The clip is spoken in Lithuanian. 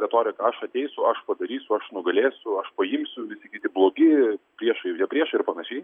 retorika aš ateisiu aš padarysiu aš nugalėsiu aš paimsiu visi kiti blogi priešai jie priešai ir panašiai